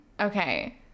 Okay